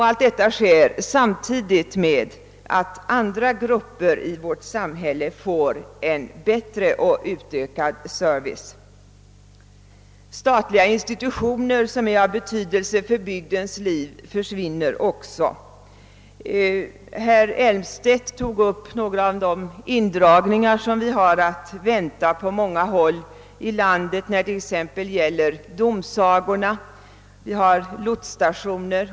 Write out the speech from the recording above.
Allt detta sker samtidigt med att andra grupper i vårt samhälle får bättre och utökad service. Statliga institutioner som är av betydelse för bygdens liv försvinner också. Herr Elmstedt nämnde några av de indragningar som vi på många håll har att vänta, t.ex. av domsagor och lotsstationer.